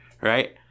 right